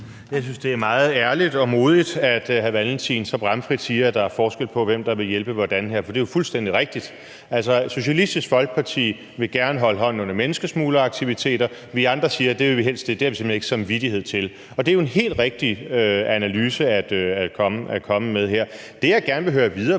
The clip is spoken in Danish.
Jeg synes, det er meget ærligt og modigt, at hr. Carl Valentin så bramfrit siger, at der er forskel på, hvem der vil hjælpe hvordan her. For det er jo fuldstændig rigtigt. Socialistisk Folkeparti vil gerne holde hånden under menneskesmugleraktiviteter. Vi andre siger, at det har vi simpelt hen ikke samvittighed til. Det er jo en helt rigtig analyse at komme med her. Det, jeg gerne vil høre lidt videre om,